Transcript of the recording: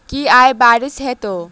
की आय बारिश हेतै?